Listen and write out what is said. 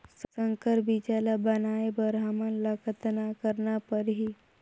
संकर बीजा ल बनाय बर हमन ल कतना करना परही?